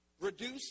reduce